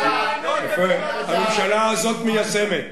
הממשלה הזאת מיישמת.